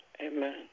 amen